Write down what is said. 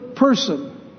Person